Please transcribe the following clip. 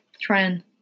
trend